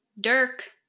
Dirk